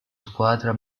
squadra